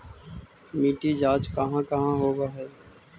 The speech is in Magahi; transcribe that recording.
मिट्टी जाँच कहाँ होव है?